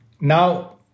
Now